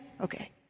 Okay